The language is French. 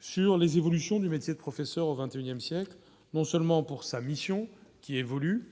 sur les évolutions du métier de professeur au XXIe siècle, non seulement pour sa mission, qui évoluent,